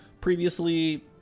Previously